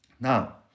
Now